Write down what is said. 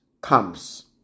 comes